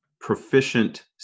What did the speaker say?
proficient